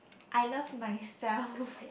I love myself